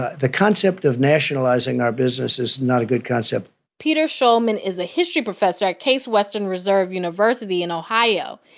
ah the concept of nationalizing our business is not a good concept peter shulman is a history professor at case western reserve university in ohio.